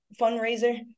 fundraiser